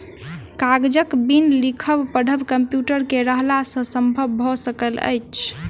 कागजक बिन लिखब पढ़ब कम्प्यूटर के रहला सॅ संभव भ सकल अछि